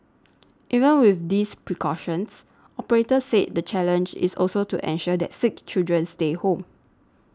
even with these precautions operators said the challenge is also to ensure that sick children stay home